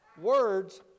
words